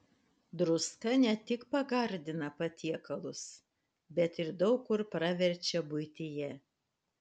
druska ne tik pagardina patiekalus bet ir daug kur praverčia buityje